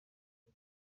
cya